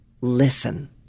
listen